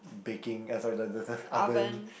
baking eh sorry sorry the the oven